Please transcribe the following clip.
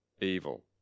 evil